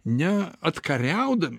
ne atkariaudami